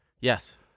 yes